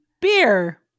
beer